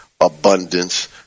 abundance